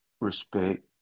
respect